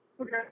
okay